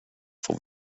får